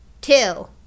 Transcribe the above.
Two